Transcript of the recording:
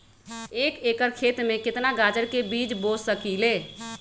एक एकर खेत में केतना गाजर के बीज बो सकीं ले?